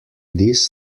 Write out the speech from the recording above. this